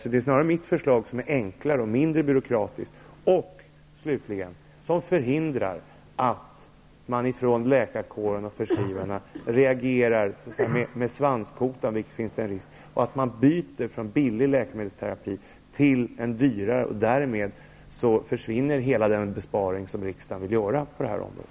Det är snarare mitt system som är enklare och mindre byråkratiskt och förhindrar att läkarkåren och förskrivarna reagerar med svanskotan -- det finns den risken -- och byter från en billig läkemedelsterapi till en dyrare. Därmed skulle hela den besparing kunna försvinna som riksdagen vill göra på detta område.